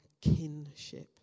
kinship